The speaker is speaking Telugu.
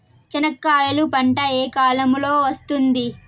చెనక్కాయలు పంట ఏ కాలము లో వస్తుంది